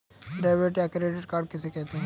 Debit या credit card किसे कहते हैं?